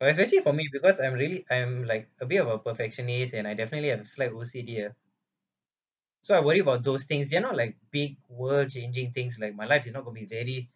especially for me because I'm really I'm like a bit of a perfectionist and I definitely have a slight O_C_D uh so I worry about those things you know like big world changing things like my life you know could be very